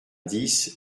dix